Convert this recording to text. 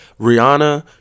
Rihanna